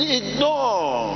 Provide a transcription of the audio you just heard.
ignore